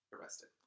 Arrested